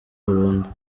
burundu